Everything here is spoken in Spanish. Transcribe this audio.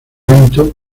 elemento